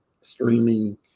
streaming